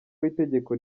w’itegeko